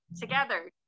together